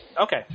Okay